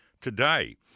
today